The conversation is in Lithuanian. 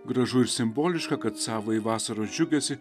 gražu ir simboliška kad savąjį vasaros džiugesį